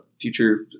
future